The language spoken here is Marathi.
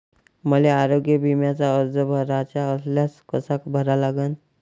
मले आरोग्य बिम्याचा अर्ज भराचा असल्यास कसा भरा लागन?